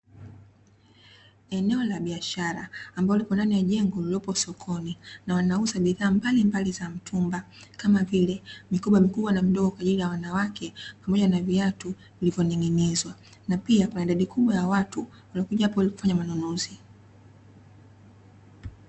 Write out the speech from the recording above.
Eneo la biashara, ambalo lipo ndani ya jengo lililopo sokoni, na wanauza bidhaa mbalimbali za mtumba kama vile; mikoba mikubwa na midogo kwaajili ya wanawake, pamoja na viatu vilivyoning'inizwa, na pia kuna idadi kubwa ya watu waliokuja hapo ili kufanya manunuzi.